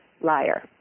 liar